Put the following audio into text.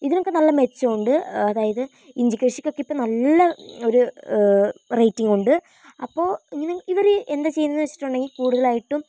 ഇതിനൊക്കെ നല്ല മെച്ചോണ്ട് അതായത് ഇഞ്ചിക്കൃഷിക്കൊക്കെ ഇപ്പം നല്ല ഒരു റേറ്റിംഗുണ്ട് അപ്പോൾ ഇങ്ങനെ ഇവര് എന്താ ചെയ്യുന്നേന്ന് വെച്ചിട്ടുണ്ടെങ്കില് കൂടുതലായിട്ടും